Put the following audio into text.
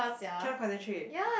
cannot concentrate